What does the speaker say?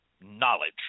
knowledge